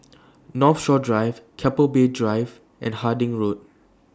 Northshore Drive Keppel Bay Drive and Harding Road